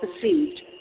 perceived